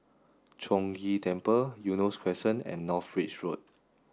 Chong Ghee Temple Eunos Crescent and North Bridge Road